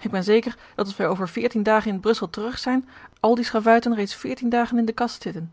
ik ben zeker dat als wij over veertien dagen in brussel terug zijn al die schavuiten reeds veertien dagen in de kast zitten